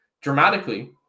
dramatically